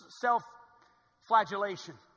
self-flagellation